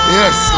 yes